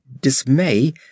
dismay